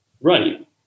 right